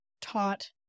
taught